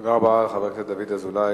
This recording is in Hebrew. תודה רבה לחבר הכנסת דוד אזולאי.